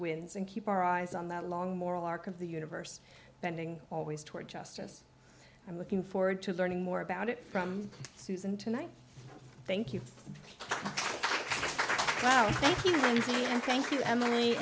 wins and keep our eyes on that long moral arc of the universe bending always toward justice i'm looking forward to learning more about it from susan tonight thank you thank you thank you thank you emily